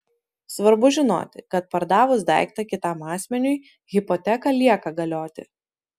svarbu žinoti kad pardavus daiktą kitam asmeniui hipoteka lieka galioti